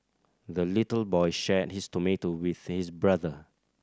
the little boy shared his tomato with his brother